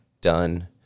done